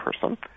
person